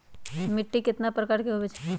मिट्टी कतना प्रकार के होवैछे?